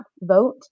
vote